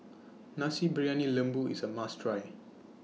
Nasi Briyani Lembu IS A must Try